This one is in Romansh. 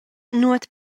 nuot